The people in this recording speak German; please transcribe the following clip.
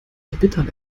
wittern